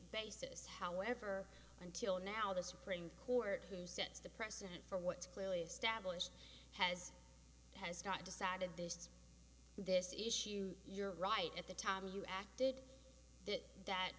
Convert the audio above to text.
basis however until now the supreme court who sets the precedent for what's clearly established has has not decided this this issue you're right at the time you acted that